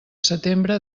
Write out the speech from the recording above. setembre